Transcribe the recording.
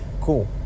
Cool